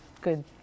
good